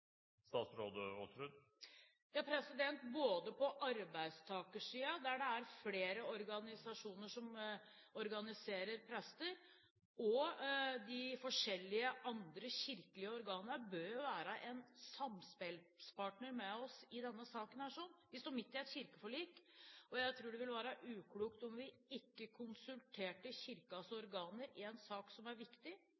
der det er flere organisasjoner som organiserer prester, og de forskjellige andre kirkelige organene bør jo være en samspillspartner med oss i denne saken. Vi står midt i et kirkeforlik, og jeg tror det ville være uklokt om vi ikke konsulterte